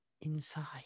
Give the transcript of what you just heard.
inside